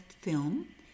film